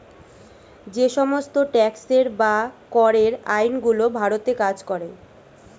যে সমস্ত ট্যাক্সের বা করের আইন গুলো ভারতে কাজ করে